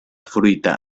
fruita